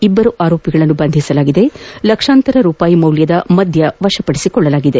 ಇಬ್ಬರು ಆರೋಪಿಗಳನ್ನು ಬಂಧಿಒ ಲಕ್ಷಾಂತರ ರೂಪಾಯಿ ಮೌಲ್ಯದ ಮದ್ದ ವಶಪಡಿಸಿಕೊಳ್ಲಲಾಗಿದೆ